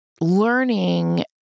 learning